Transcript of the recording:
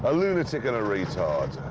ah lunatic and a retard.